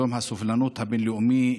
יום הסובלנות הבין-לאומי,